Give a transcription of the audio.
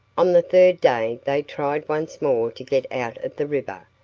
on the third day they tried once more to get out of the river,